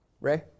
Ray